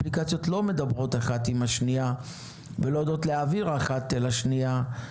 האפליקציות לא מדברות האחת עם השנייה ולא יודעות להעביר האחת לשנייה,